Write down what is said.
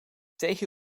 tegen